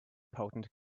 potent